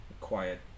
quiet